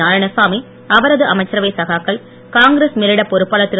நாராயணசாமி அவரது அமைச்சரவை சகாக்கள் காங்கிரஸ் மேலிட பொறுப்பாளர் திரு